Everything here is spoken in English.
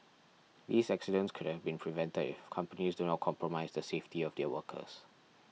these accidents could have been prevented if companies do not compromise the safety of their workers